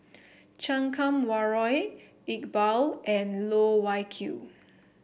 Chan Kum Wah Roy Iqbal and Loh Wai Kiew